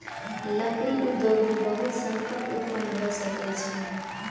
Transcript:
लकड़ी उद्योग में बहुत संकट उत्पन्न भअ सकै छै